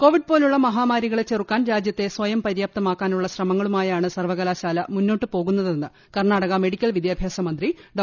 Covid പോലുള്ള മഹാമാരികളെ ചെറുക്കാൻ രാജ്യത്തെ സ്വയം പര്യാപ്തമാക്കാനുള്ള ശ്രമങ്ങളുമായാണ് സർവകലാശാല മുന്നോട്ട് പോകുന്നതെന്ന് കർണ്ണാടക മെഡിക്കൽ വിദ്യാഭ്യാസമന്ത്രി ഡോ